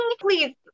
please